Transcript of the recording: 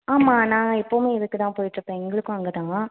ஆமாம் நான் எப்போவுமே இதுக்கு தான் போயிட்டிருப்பேன் எங்களுக்கும் அங்கே தான்